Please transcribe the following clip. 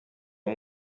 uwo